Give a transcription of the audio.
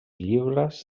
llibres